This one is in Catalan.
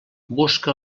busca